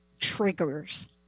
triggers